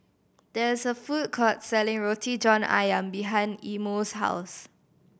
there is a food court selling Roti John Ayam behind Imo's house